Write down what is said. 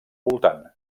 voltant